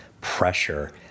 pressure